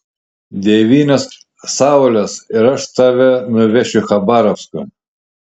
devynios saulės ir aš tave nuvešiu į chabarovską